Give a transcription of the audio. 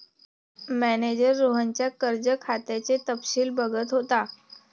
manager रोहनच्या कर्ज खात्याचे तपशील बघत होता